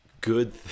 good